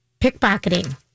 pickpocketing